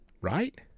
right